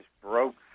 broke